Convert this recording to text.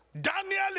Daniel